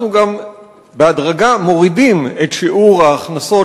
אנחנו גם בהדרגה מורידים את שיעור ההכנסות